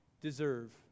deserve